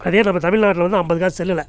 அதே நம்ம தமிழ்நாட்டில் வந்து ஐம்பது காசு செல்லல